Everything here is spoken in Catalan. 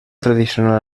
tradicional